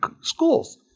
schools